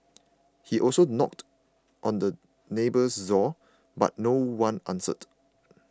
he also knocked on the neighbour's door but no one answered